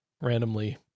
randomly